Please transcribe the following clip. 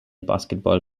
basketball